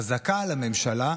חזקה על הממשלה,